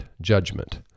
judgment